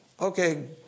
Okay